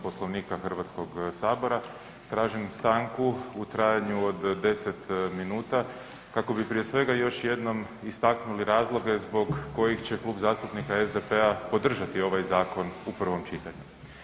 Poslovnika HS-a tražim stanku u trajanju od 10 minuta kako bi prije svega još jednom istaknuli razloge zbog kojih će Klub zastupnika SDP-a podržati ovaj zakon u prvom čitanju.